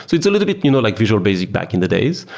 it's it's a little bit you know like visual basic back in the days.